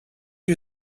you